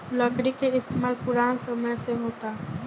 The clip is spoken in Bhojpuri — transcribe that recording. लकड़ी के इस्तमाल पुरान समय से होता